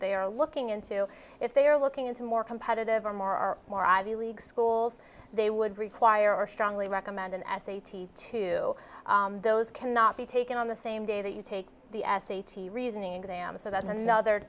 they are looking into if they are looking into more competitive or more are more ivy league schools they would require strongly recommend an s a t to those cannot be taken on the same day that you take the s a t reasoning exam so that's another